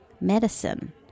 medicine